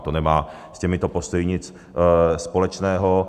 To nemá s těmito postoji nic společného.